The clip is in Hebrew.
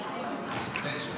וכעת נצביע על הסתייגות